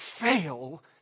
fail